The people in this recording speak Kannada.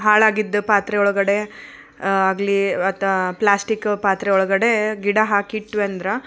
ಹಾಳಾಗಿದ್ದ ಪಾತ್ರೆ ಒಳಗಡೆ ಆಗಲಿ ಅತ್ತ ಪ್ಲಾಸ್ಟಿಕ್ ಪಾತ್ರೆಯೊಳಗಡೆ ಗಿಡ ಹಾಕಿ ಇಟ್ವಿ ಅಂದ್ರೆ